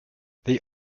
the